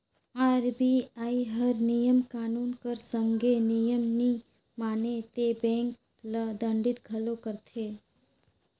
RBI हर नियम कानून कर संघे नियम नी माने ते बेंक ल दंडित घलो करथे